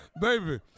Baby